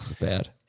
Bad